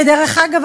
דרך אגב,